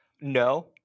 No